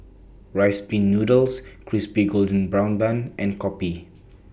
Rice Pin Noodles Crispy Golden Brown Bun and Kopi